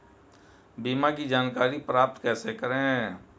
बीमा की जानकारी प्राप्त कैसे करें?